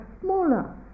smaller